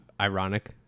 ironic